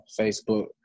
facebook